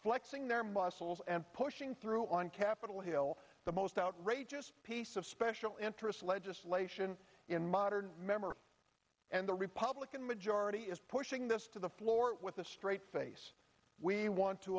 flexing their muscles and pushing through on capitol hill the most outrageous piece of special interest legislation in modern memory and the republican majority is pushing this to the floor with a straight face we want to